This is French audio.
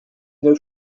neuf